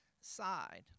side